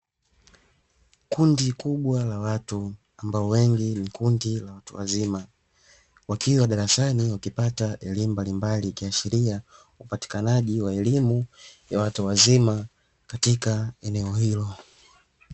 Kundi kubwa la watu ambao wengi ni kundi la watu wazima, wakiwa darasani wakipata elimu mbalimbali ikiashiria upatikanaji wa elimu ya watu wazima katika eneo hilo.